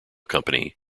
company